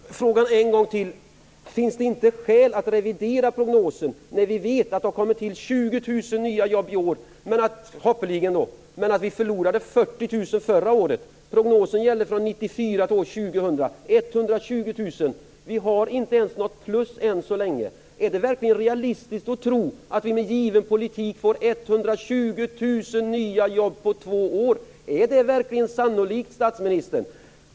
Fru talman! Frågan en gång till: Finns det inte skäl att revidera prognosen, när vi vet att det kommer till 20 000 nya jobb i år, förhoppningsvis, men att vi förlorade 40 000 jobb förra året? Prognosen om 120 000 nya jobb gäller från år 1994 till år 2000. Vi har inte ens något plus än så länge. Är det verkligen realistiskt att tro att vi med given politik får 120 000 nya jobb på två år? Är det verkligen sannolikt, statsministern?